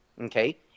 Okay